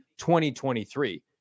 2023